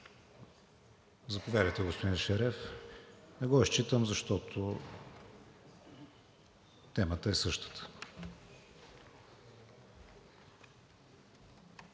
също е от господин Ешереф. Не го изчитам, защото темата е същата.